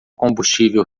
combustível